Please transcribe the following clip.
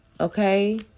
okay